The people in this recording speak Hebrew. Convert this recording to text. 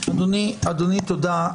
אדוני, תודה.